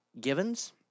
Givens